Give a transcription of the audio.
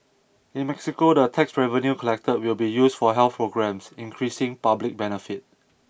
in Mexico the tax revenue collected will be used for health programmes increasing public benefit